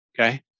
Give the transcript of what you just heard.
okay